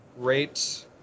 great